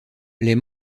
les